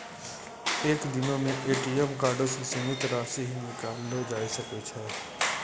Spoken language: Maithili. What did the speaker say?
एक दिनो मे ए.टी.एम कार्डो से सीमित राशि ही निकाललो जाय सकै छै